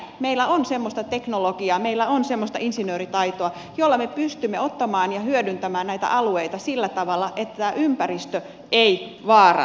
meillä on semmoista teknologiaa meillä on semmoista insinööritaitoa jolla me pystymme ottamaan ja hyödyntämään näitä alueita sillä tavalla että ympäristö ei vaarannu turhaan